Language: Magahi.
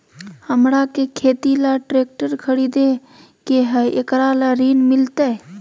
हमरा के खेती ला ट्रैक्टर खरीदे के हई, एकरा ला ऋण मिलतई?